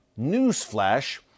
Newsflash